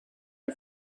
und